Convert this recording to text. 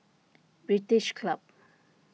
British Club